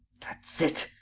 that's it,